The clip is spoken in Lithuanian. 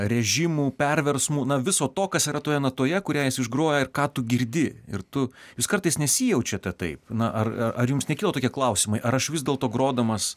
režimų perversmų na viso to kas yra toje natoje kurią jis išgroja ir ką tu girdi ir tu jūs kartais nesijaučiate taip na ar ar jums nekyla tokie klausimai ar aš vis dėlto grodamas